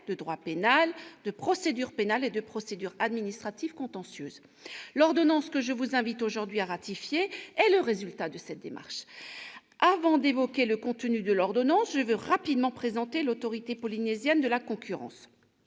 de droit pénal, de procédure pénale et de procédure administrative contentieuse. L'ordonnance que je vous invite aujourd'hui à ratifier est le résultat de cette démarche. Avant d'évoquer le contenu de l'ordonnance, je veux rapidement présenter l'autorité polynésienne de la concurrence,